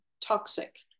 toxic